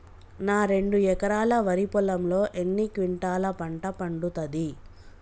నా రెండు ఎకరాల వరి పొలంలో ఎన్ని క్వింటాలా పంట పండుతది?